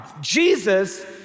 Jesus